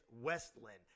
Westland